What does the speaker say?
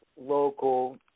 local